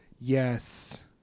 yes